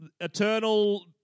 eternal